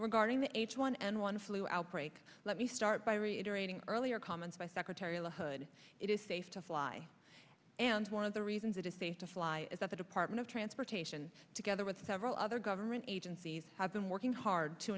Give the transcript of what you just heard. guarding the h one n one flu outbreak let me start by reiterating earlier comments by secretary la hood it is safe to fly and one of the reasons it is safe to fly is that the department of transportation together with several other government agencies have been working hard to